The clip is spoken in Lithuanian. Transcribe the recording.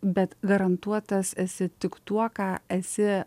bet garantuotas esi tik tuo ką esi